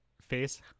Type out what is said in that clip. face